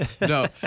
No